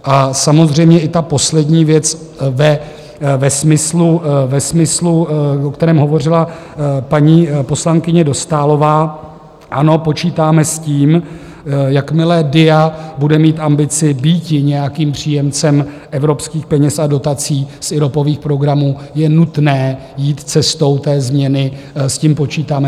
A samozřejmě i ta poslední věc ve smyslu, o kterém hovořila paní poslankyně Dostálová: ano, počítáme s tím, jakmile DIA bude mít ambici býti nějakým příjemcem evropských peněz a dotací z IROPových programů, je nutné jít cestou té změny, s tím počítáme.